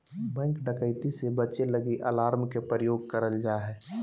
bank डकैती से बचे लगी अलार्म के प्रयोग करल जा हय